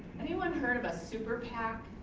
anyone heard of a super pac?